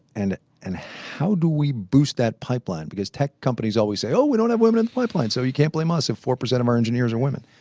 and and how do we boost that pipeline? because tech companies always say oh we don't have women in the pipeline! so, you can't blame us if four percent of our engineers are women.